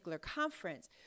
conference